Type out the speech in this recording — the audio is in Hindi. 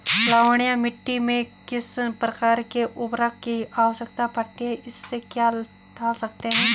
लवणीय मिट्टी में किस प्रकार के उर्वरक की आवश्यकता पड़ती है इसमें क्या डाल सकते हैं?